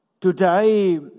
Today